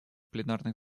пленарных